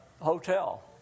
hotel